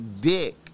dick